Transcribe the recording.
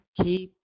keep